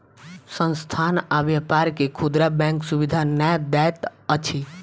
संस्थान आ व्यापार के खुदरा बैंक सुविधा नै दैत अछि